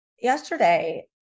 yesterday